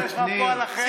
יש לך פועל אחר?